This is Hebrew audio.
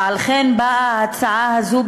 ועל כן באה ההצעה הזאת,